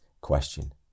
question